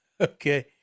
Okay